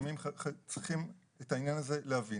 ואת העניין הזה צריכים להבין.